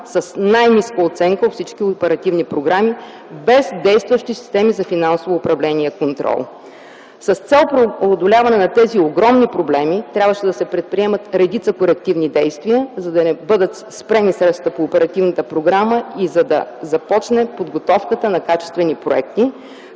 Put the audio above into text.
с най-ниска оценка от всички оперативни програми без действащи системи за финансово управление и контрол. С цел преодоляване на тези огромни проблеми трябваше да се предприемат редица корективни действия, за да не бъдат спрени средствата по оперативната програма и за да започне подготовката на качествени проекти.